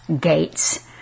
Gates